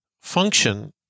function